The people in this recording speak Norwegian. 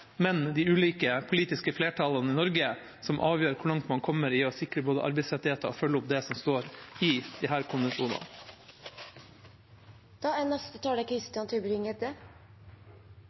men de ulike politiske flertallene i Norge som avgjør hvor langt man kommer i både å sikre arbeidstakerrettigheter og å følge opp det som står i